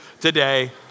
today